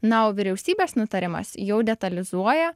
na o vyriausybės nutarimas jau detalizuoja